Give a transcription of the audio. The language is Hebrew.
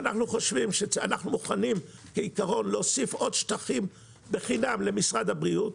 אנחנו מוכנים כעיקרון להוסיף עוד שטחים בחינם למשרד הבריאות